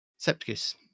Septicus